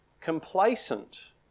complacent